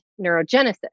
neurogenesis